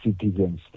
citizens